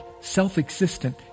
self-existent